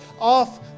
off